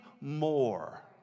more